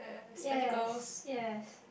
yes yes